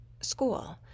school